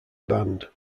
band